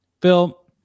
Phil